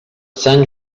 sant